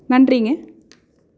நன்றிங்க